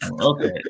okay